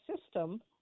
system